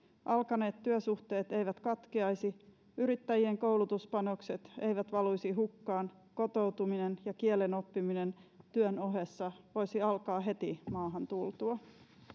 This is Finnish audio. alkaneet työsuhteet eivät katkeaisi yrittäjien koulutuspanokset eivät valuisi hukkaan kotoutuminen ja kielenoppiminen työn ohessa voisi alkaa heti maahan tultua